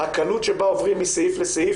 הקלות שבה עוברים מסעיף לסעיף